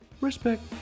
Respect